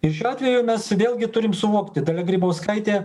ir šiuo atveju mes vėlgi turim suvokti dalia grybauskaitė